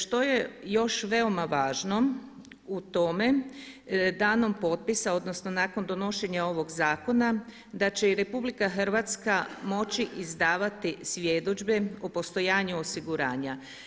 Što je još veoma važno u tome, danom potpisa, odnosno nakon donošenja ovoga zakona da će i RH moći izdavati svjedodžbe o postojanju osiguranja.